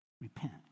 Repent